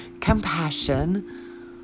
compassion